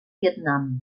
vietnam